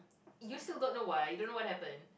you still got no why don't know what happen